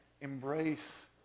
embrace